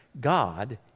God